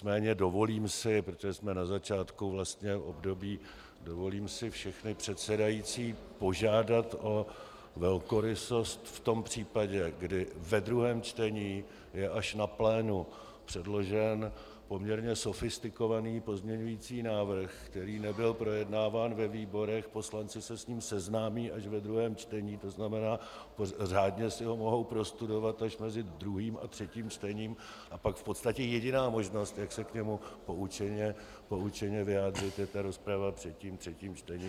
Nicméně dovolím si, protože jsme na začátku období, všechny předsedající požádat o velkorysost v tom případě, kdy ve druhém čtení je až na plénu předložen poměrně sofistikovaný pozměňovací návrh, který nebyl projednáván ve výborech, poslanci se s ním seznámí až ve druhém čtení, to znamená, řádně si ho mohou prostudovat až mezi druhým a třetím čtením, a pak v podstatě jediná možnost, jak se k němu poučeně vyjádřit, je rozprava před tím třetím čtením.